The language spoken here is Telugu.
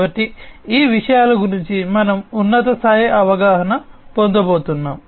కాబట్టి ఈ విషయాల గురించి మనం ఉన్నత స్థాయి అవగాహన పొందబోతున్నాం